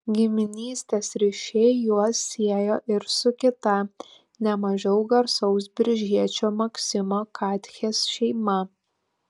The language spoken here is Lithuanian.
giminystės ryšiai juos siejo ir su kita ne mažiau garsaus biržiečio maksimo katchės šeima